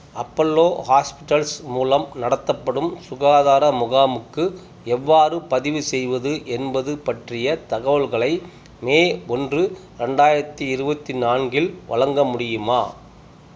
Apollo hospitals மூலம் நடத்தப்படும் சுகாதார முகாமுக்கு எவ்வாறு பதிவு செய்வது என்பது பற்றிய தகவல்களை மே ஒன்று ரெண்டாயிரத்தி இருபத்தி நான்கில் வழங்க முடியுமா